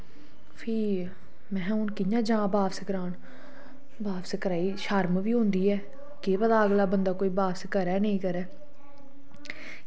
भी महां हून कियां जां बापस करान बापस कराई शर्म बी औंदी ऐ केह् पता अगला बंदा कोई बापस करै जां नेईं करै